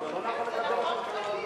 זה נכון כללית,